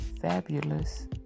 Fabulous